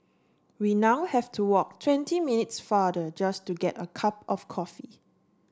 we now have to walk twenty minutes farther just to get a cup of coffee